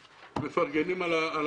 כולנו מפרגנים לך על